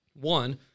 one